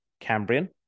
Cambrian